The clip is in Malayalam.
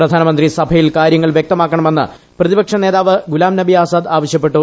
പ്രധാനമന്ത്രി സഭയിൽ കാര്യങ്ങൾ വ്യക്തമാക്കണമെന്ന് പ്രതിപക്ഷ നേതാവ് ഗുലാനബി ആസാദ് ആവശ്യപ്പെട്ടു